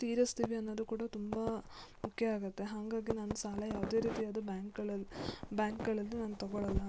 ತೀರಿಸ್ತೀವಿ ಅನ್ನೋದು ಕೂಡ ತುಂಬ ಮುಖ್ಯ ಆಗುತ್ತೆ ಹಾಗಾಗಿ ನಾನು ಸಾಲ ಯಾವುದೇ ರೀತಿಯಾದ ಬ್ಯಾಂಕ್ಗಳಲ್ಲಿ ಬ್ಯಾಂಕುಗಳಲ್ಲಿ ನಾನು ತಗೊಳಲ್ಲ